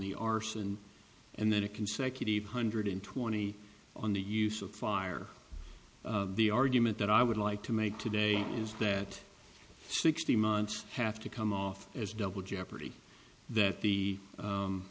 the arson and then a consecutive hundred twenty on the use of fire the argument that i would like to make today is that sixty months have to come off as double jeopardy that the